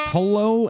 Hello